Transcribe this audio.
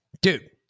dude